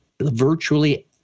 virtually